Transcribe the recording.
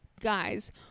guys